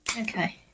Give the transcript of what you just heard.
Okay